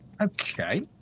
okay